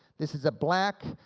this is a black,